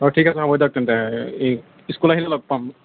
অ ঠিক আছে হ'ব দিয়ক তেন্তে এই স্কুল আহিলে লগ পাম